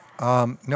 No